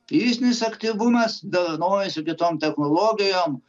fizinis aktyvumas dovanoja su kitom technologijom